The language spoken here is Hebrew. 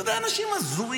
אתה יודע, אנשים הזויים.